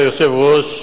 אדוני היושב-ראש,